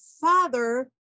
father